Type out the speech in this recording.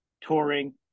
touring